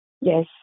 Yes